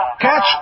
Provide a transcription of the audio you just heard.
Catch